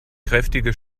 kräftige